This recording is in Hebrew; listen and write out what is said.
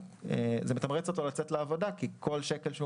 זה מתמרץ אותו לצאת לעבודה כי כל שקל שהוא